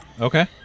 Okay